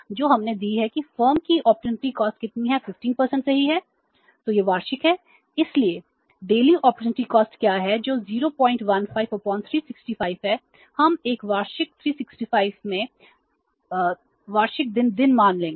और daily opportunity cost क्या है जो 015 365 है हम एक वार्षिक 365 में वार्षिक दिन दिन मान लेंगे